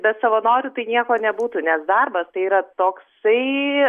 be savanorių tai nieko nebūtų nes darbas tai yra toksai